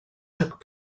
took